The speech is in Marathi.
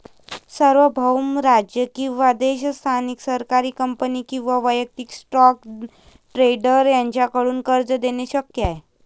सार्वभौम राज्य किंवा देश स्थानिक सरकारी कंपनी किंवा वैयक्तिक स्टॉक ट्रेडर यांच्याकडून कर्ज देणे शक्य आहे